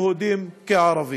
יהודים כערבים.